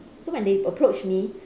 so when they approach me